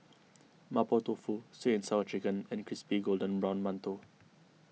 Mapo Tofu Sweet and Sour Chicken and Crispy Golden Brown Mantou